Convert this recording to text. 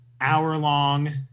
hour-long